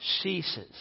ceases